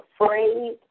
afraid